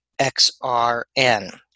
XRN